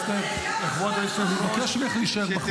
--- אני מבקש ממך להישאר בחוץ.